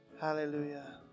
Hallelujah